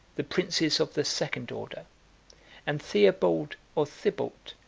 the princes of the second order and theobald, or thibaut,